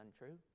untrue